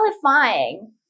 qualifying